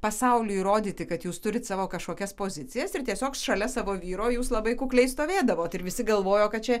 pasauliui įrodyti kad jūs turit savo kažkokias pozicijas ir tiesiog šalia savo vyro jūs labai kukliai stovėdavot ir visi galvojo kad čia